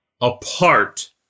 apart